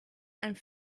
and